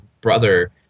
brother